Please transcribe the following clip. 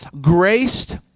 Graced